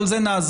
אבל זה נעזוב.